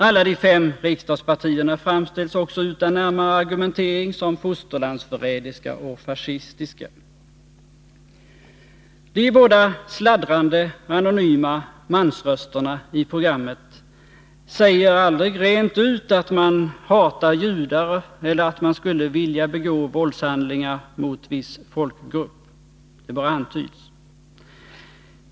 Alla de fem riksdagspartierna framställs också utan närmare argumentering som fosterlandsförrädiska och fascistiska. De båda sladdrande, anonyma mansrösterna i programmet säger aldrig rent ut att man hatar judar eller att man skulle vilja begå våldshandlingar mot viss folkgrupp — det bara antyds.